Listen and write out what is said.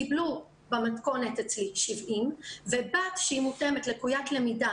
קיבלו במתכונת אצלי 70 ובת שהיא מותאמת לקויית למידה